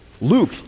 Luke